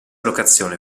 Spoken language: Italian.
locazione